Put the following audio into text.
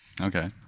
Okay